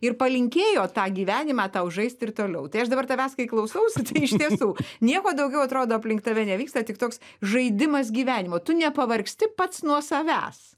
ir palinkėjo tą gyvenimą tau žaisti ir toliau tai aš dabar tavęs kai klausausi tai iš tiesų nieko daugiau atrodo aplink tave nevyksta tik toks žaidimas gyvenimo tu nepavargsti pats nuo savęs